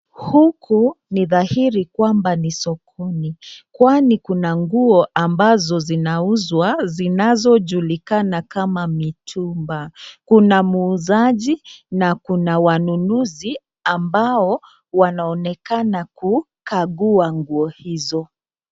Huku ni dhahiri kwamba ni sokoni, kwani kuna nguo ambazo zinauzwa zinazojulikana kama mitumba. Kuna muuzaji na kuna wanunuzi ambao wanaonekana kukagua nguo hizo.